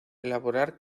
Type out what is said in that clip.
elaborar